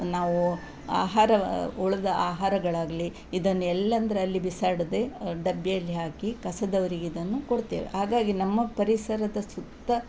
ನಾವು ಆಹಾರ ಉಳಿದ ಆಹಾರಗಳಾಗಲಿ ಇದನ್ನು ಎಲ್ಲೆಂದ್ರಲ್ಲಿ ಬಿಸಾಡದೆ ಡಬ್ಬಿಯಲ್ಲಿ ಹಾಕಿ ಕಸದವರಿಗಿದನ್ನು ಕೊಡ್ತೇವೆ ಹಾಗಾಗಿ ನಮ್ಮ ಪರಿಸರದ ಸುತ್ತ